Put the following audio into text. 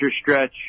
stretch